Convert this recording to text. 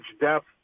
depth